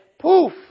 poof